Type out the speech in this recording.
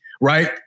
Right